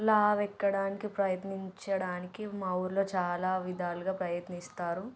లావు ఎక్కడానికి ప్రయత్నించడానికి మా ఊరిలో చాలా విధాలుగా ప్రయత్నిస్తారు